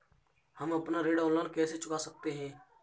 हम अपना ऋण ऑनलाइन कैसे चुका सकते हैं?